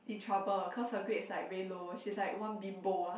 in trouble cause her grades like very low she's like one bimbo ah